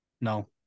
No